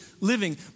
living